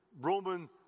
Roman